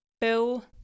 Bill